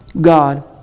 God